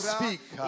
Speak